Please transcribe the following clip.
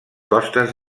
costes